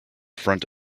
front